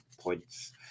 points